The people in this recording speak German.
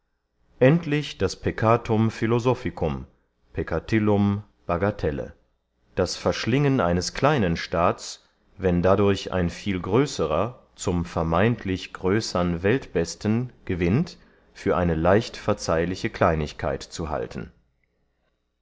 endlich das peccatum philosophicum peccatillum baggatelle das verschlingen eines kleinen staats wenn dadurch ein viel größerer zum vermeyntlich größern weltbesten gewinnt für eine leicht verzeihliche kleinigkeit zu halten